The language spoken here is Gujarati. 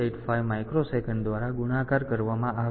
085 માઇક્રોસેકન્ડ દ્વારા ગુણાકાર કરવામાં આવે છે